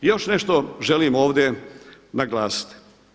I još nešto želim ovdje naglasiti.